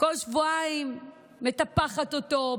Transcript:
כל שבועיים מטפחת אותו,